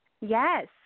Yes